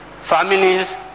families